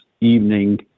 evening